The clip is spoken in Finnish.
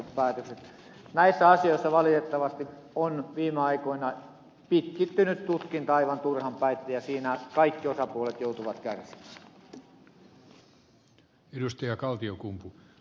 näissä asioissa valitettavasti on viime aikoina pitkittynyt tutkinta aivan turhan päiten ja siinä kaikki osapuolet joutuvat kärsimään